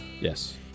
Yes